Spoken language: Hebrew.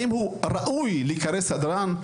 האם הוא ראוי להיקרא סדרן?